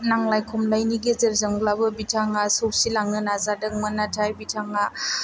नांलाय खमलायनि गेजेरजोंब्लाबो बिथाङा सौसिलांनो नाजादोंमोन नाथाय बिथाङा